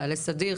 חייל סדיר,